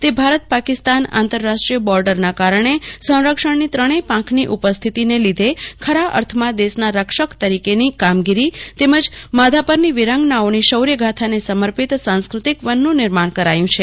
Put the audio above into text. તે ભારત પાકિસ્તાન આંતરરાષ્ટ્રીય બોર્ડર ના કારણે સંરક્ષણનો ત્રણેય પાંખની ઉપસ્થિતિને લીધે ખરા અર્થમાં દેશના રક્ષક તરીકેનો કામગીરી તેમજ માધાપર ની વિરાંગનાઓનો શૌર્યગાથાને સમર્પિત સાંસ્કાતકવનનું નિર્માણ કરાયું છે